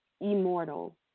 immortal